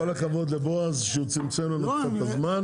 כל הכבוד לבועז שצמצם לנו את הזמן.